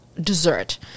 dessert